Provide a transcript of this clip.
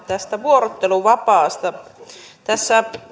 tästä vuorotteluvapaasta tässä